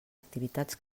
activitats